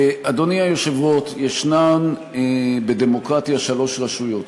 אדוני היושב-ראש, יש בדמוקרטיה שלוש רשויות: